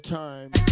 time